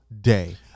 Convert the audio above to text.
day